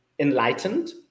enlightened